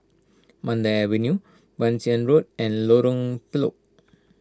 Mandai Avenue Bassein Road and Lorong Telok